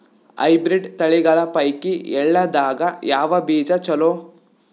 Hybrid ತಳಿಗಳ ಪೈಕಿ ಎಳ್ಳ ದಾಗ ಯಾವ ಬೀಜ ಚಲೋ?